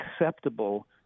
acceptable